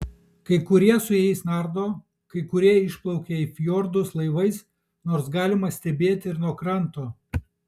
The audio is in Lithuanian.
kai kurie su jais nardo kai kurie išplaukia į fjordus laivais nors galima stebėti ir nuo kranto